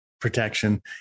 protection